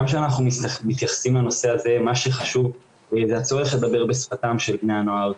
כשאנחנו מתייחסים לנושא הזה מה שחשוב זה הצורך לדבר בשפתם של בני הנוער,